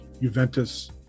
Juventus